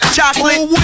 Chocolate